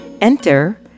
Enter